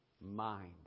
mind